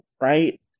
right